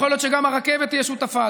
יכול להיות שגם הרכבת תהיה שותפה.